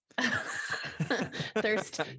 thirst